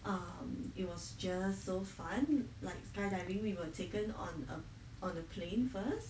um it was just so fun like skydiving we were taken on a on a plane first